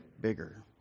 bigger